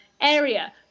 area